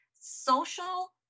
social